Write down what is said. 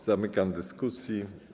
Zamykam dyskusję.